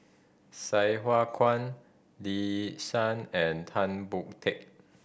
Sai Hua Kuan Lee Yi Shyan and Tan Boon Teik